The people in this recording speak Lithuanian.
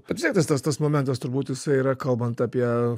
bet vis tiek tas tas momentas turbūt jisai yra kalbant apie